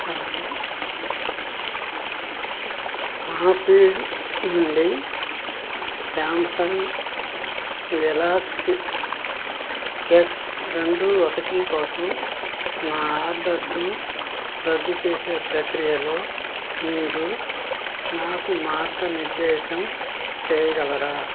నా స్నాప్డీల్ నుండి Samsung Galaxy S రెండు ఒకటి కోసం నా ఆర్డర్ను రద్దు చేసే ప్రక్రియలో మీరు నాకు మార్గనిర్దేశం చేయగలరా